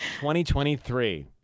2023